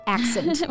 Accent